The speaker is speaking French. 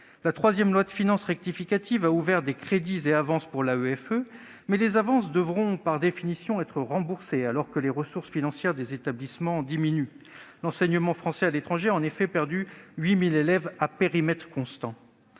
La troisième loi de finances rectificative pour 2020 a ouvert des crédits et avances pour l'AEFE, mais des avances doivent par définition être remboursées, alors que les ressources financières des établissements diminuent. L'enseignement français à l'étranger a en effet perdu 8 000 élèves à périmètre constant.